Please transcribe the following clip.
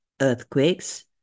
earthquakes